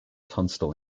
tunstall